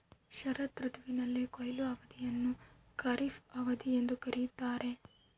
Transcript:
ಶರತ್ ಋತುವಿನ ಕೊಯ್ಲು ಅವಧಿಯನ್ನು ಖಾರಿಫ್ ಅವಧಿ ಎಂದು ಕರೆಯುತ್ತಾರೆ